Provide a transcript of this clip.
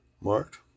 marked